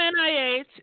NIH